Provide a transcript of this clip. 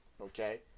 okay